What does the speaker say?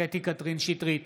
קטי קטרין שטרית,